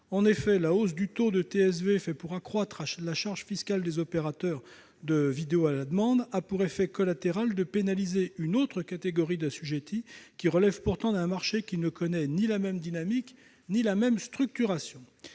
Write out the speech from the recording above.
En effet, la hausse du taux de TSV, faite pour accroître la charge fiscale des opérateurs de SVOD, a pour effet collatéral de pénaliser une autre catégorie d'assujettis qui relèvent pourtant d'un marché qui ne connaît ni la même dynamique ni la même structuration.